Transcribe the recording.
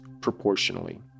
proportionally